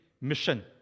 mission